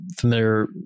familiar